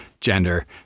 gender